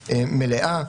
בצורה מלאה,